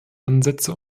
ansätze